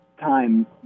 time